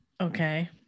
Okay